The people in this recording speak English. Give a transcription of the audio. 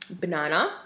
banana